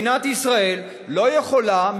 מדינת ישראל לא יכולה,